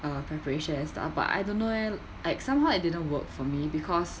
uh preparation and stuff but I don't know eh at somehow it didn't work for me because